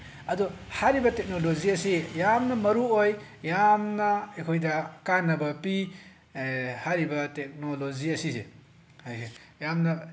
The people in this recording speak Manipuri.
ꯑꯗꯣ ꯍꯥꯏꯔꯤꯕ ꯇꯦꯛꯅꯣꯂꯣꯖꯤ ꯑꯁꯤ ꯌꯥꯝꯅ ꯃꯔꯨ ꯑꯣꯏ ꯌꯥꯝꯅ ꯑꯩꯈꯣꯏꯗ ꯀꯥꯟꯅꯕ ꯄꯤ ꯍꯥꯏꯔꯤꯕ ꯇꯦꯛꯅꯣꯂꯣꯖꯤ ꯑꯁꯤꯁꯦ ꯌꯥꯝꯅ